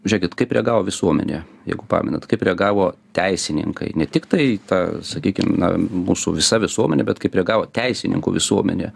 žiūrėkit kaip reagavo visuomenė jeigu pamenat kaip reagavo teisininkai ne tiktai ta sakykim na mūsų visa visuomenė bet kaip reagavo teisininkų visuomenė